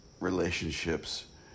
relationships